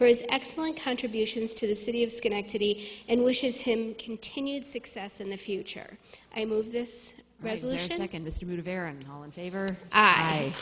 his excellent contributions to the city of schenectady and wishes him continued success in the future i move this resolution all in favor